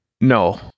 no